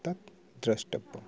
तत् द्रष्टव्यम्